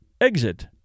exit